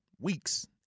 weeks